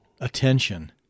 attention